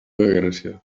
grècia